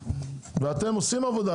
אתם עושים עבודה,